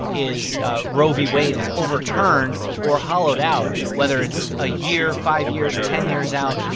is ah roe v. wade is overturned or hollowed out. whether it's a year, five years, ten years out,